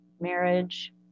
marriage